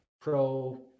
pro